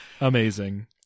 Amazing